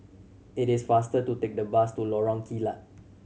it is faster to take the bus to Lorong Kilat